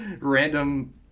random